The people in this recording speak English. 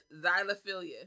Xylophilia